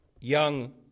young